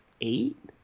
eight